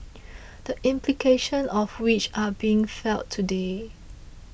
the implications of which are being felt today